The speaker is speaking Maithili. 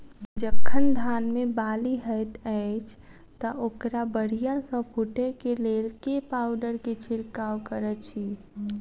जखन धान मे बाली हएत अछि तऽ ओकरा बढ़िया सँ फूटै केँ लेल केँ पावडर केँ छिरकाव करऽ छी?